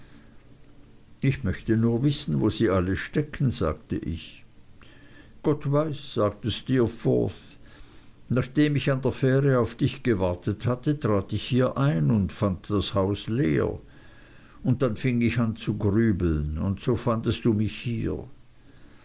ich möchte nur wissen wo sie alle stecken sagte ich gott weiß sagte steerforth nachdem ich an der fähre auf dich gewartet hatte trat ich hier ein und fand das haus leer und dann fing ich an zu grübeln und so fandest du mich hier